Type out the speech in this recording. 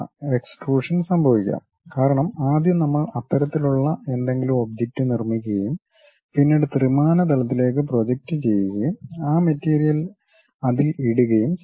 extrusion സംഭവിക്കാം കാരണം ആദ്യം നമ്മൾ അത്തരത്തിലുള്ള എന്തെങ്കിലും ഒബ്ജക്റ്റ് നിർമ്മിക്കുകയും പിന്നീട് ത്രിമാന തലത്തിലേക്ക് പ്രൊജക്റ്റ് ചെയ്യുകയും ആ മെറ്റീരിയൽ അതിൽ ഇടുകയും ചെയ്യുന്നു